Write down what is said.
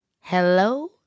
hello